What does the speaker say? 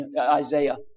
Isaiah